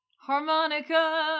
harmonica